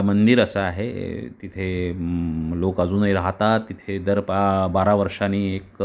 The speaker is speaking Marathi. मंदिर असं आहे तिथे लोक अजूनही राहतात तिथे दर पा बारा वर्षांनी एक